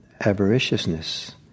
avariciousness